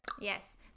Yes